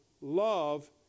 love